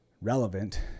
relevant